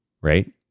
right